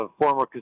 former